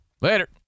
Later